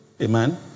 Amen